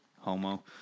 homo